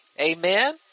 Amen